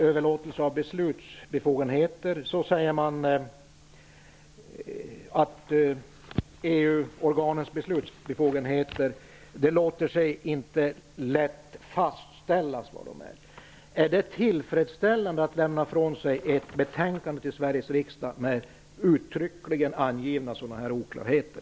''Överlåtelse av beslutanderätt'', anför man att EU organens beslutsbefogenheter inte låter sig lätt fastställas. Är det tillfredsställande att lämna ifrån sig ett betänkande till Sveriges riksdag med sådana här uttryckligen angivna oklarheter?